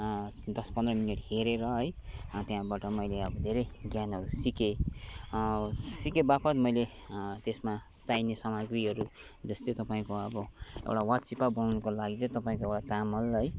दस पन्ध्र मिनट हेरेर है त्यहाँबाट मैले अब धेरै ज्ञानहरू सिकेँ सिके वापद मैलै त्यसमा चाहिने सामाग्रीहरू जस्तै तपाईँको अब एउटा वाचिपा बनाउनुको लागि चाहिँ तपाईँको एउटा चामल है